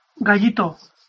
Gallito